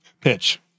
pitch